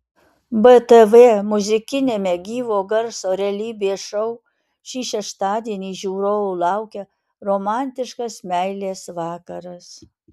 btv muzikiniame gyvo garso realybės šou šį šeštadienį žiūrovų laukia romantiškas meilės vakaras